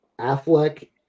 Affleck